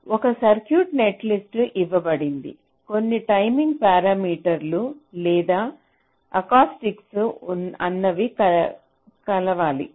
ఒక circuit netlist ఇవ్వబడింది కొన్ని టైమింగ్ పారామీటర్ లేదా ఆకాస్టిక్ అన్నవి కలవాలి